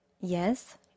Yes